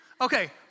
Okay